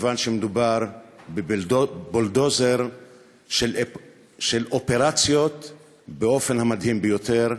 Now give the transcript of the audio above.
מכיוון שמדובר בבולדוזר של אופרציות באופן המדהים ביותר.